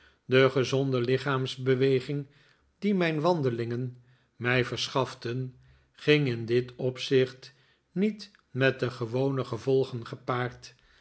de gezonde lichaamsbeweging die mijn wandelingen mij verschaften ging in dit opzicht niet met de gewone gevolgen gepaard